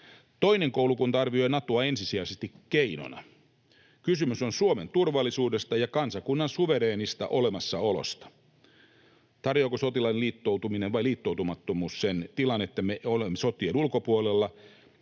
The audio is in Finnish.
Toinen koulukunta arvioi Natoa ensisijaisesti keinona. Kysymys on Suomen turvallisuudesta ja kansakunnan suvereenista olemassaolosta. Tarjoaako sotilaallinen liittoutuminen vai liittoutumattomuus sen tilan, että me olemme sotien ulkopuolella?